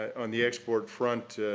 on the export front,